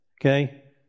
Okay